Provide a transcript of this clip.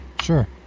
Sure